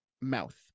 Mouth